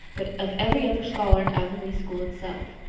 but of every other scholar in avonlea school itself.